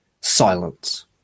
silence